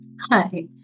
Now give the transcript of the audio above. Hi